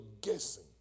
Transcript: guessing